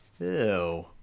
Ew